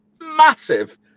massive